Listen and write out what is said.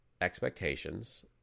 expectations